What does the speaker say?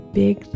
big